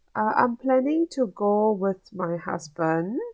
uh I'm planning to go with my husband